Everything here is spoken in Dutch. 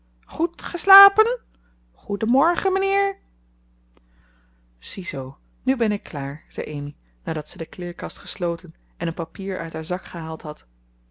goed geslapen goeden morgen meneer ziezoo nu ben ik klaar zei amy nadat zij de kleerkast gesloten en een papier uit haar zak gehaald had